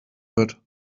wird